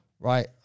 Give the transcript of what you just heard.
Right